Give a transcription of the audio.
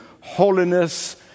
holiness